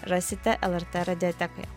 rasite lrt radiotekoje